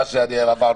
פרופסורה.